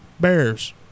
bears